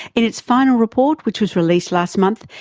in its final report, which was released last month,